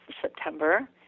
September